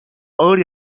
ağır